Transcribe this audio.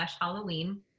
Halloween